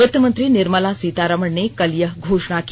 वित्तमंत्री निर्मला सीतारमण ने कल यह घोषणा की